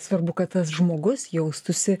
svarbu kad tas žmogus jaustųsi